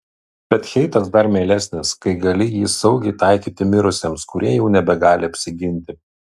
bet heitas dar mielesnis kai gali jį saugiai taikyti mirusiems kurie jau nebegali apsiginti